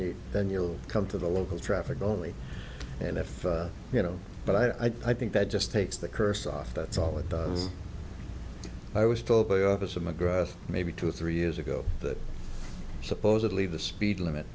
you then you come to the local traffic only and if you know but i think that just takes the curse off that's all it does i was told by officer mcgrath maybe two or three years ago that supposedly the speed limit